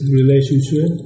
relationship